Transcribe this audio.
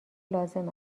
لازم